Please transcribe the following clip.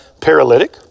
paralytic